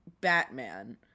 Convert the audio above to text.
Batman